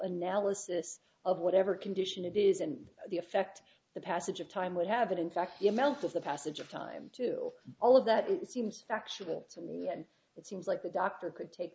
analysis of whatever condition it is and the effect the passage of time would have been in fact the amount of the passage of time to all of that it seems factual to me and it seems like the doctor could take